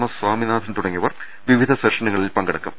S Swaminathan തുടങ്ങിയ വർ വിവിധ സെഷനുകളിൽ പങ്കെടുക്കും